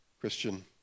Christian